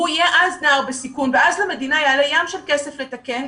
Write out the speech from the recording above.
הוא יהיה אז נער בסיכון ואז למדינה יעלה ים של כסף לתקן,